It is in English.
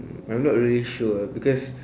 mm I'm not really sure ah because